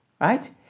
right